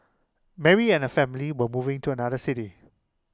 Mary and her family were moving to another city